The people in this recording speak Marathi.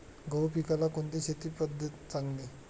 गहू पिकाला कोणती शेती पद्धत चांगली?